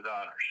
honors